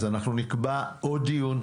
אנחנו נקבע עוד דיון,